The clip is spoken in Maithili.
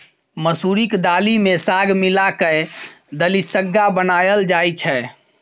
मसुरीक दालि मे साग मिला कय दलिसग्गा बनाएल जाइ छै